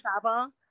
travel